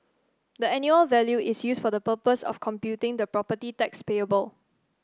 the annual value is used for the purpose of computing the property tax payable